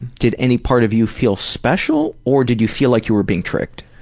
did any part of you feel special, or did you feel like you were being tricked?